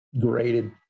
graded